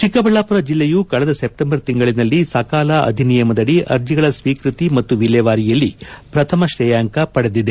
ಚಿಕ್ಕಬಳ್ಳಾಪುರ ಜಿಲ್ಲೆಯು ಕಳೆದ ಸೆಪ್ಟೆಂಬರ್ ತಿಂಗಳನಲ್ಲಿ ಸಕಾಲ ಅಧಿನಿಯಮದಡಿ ಅರ್ಜಿಗಳ ಸ್ವೀಕೃತಿ ಮತ್ತು ವಿಲೇವಾರಿಯಲ್ಲಿ ಪ್ರಥಮ ಶ್ರೇಯಾಂಕ ಪಡೆದಿದೆ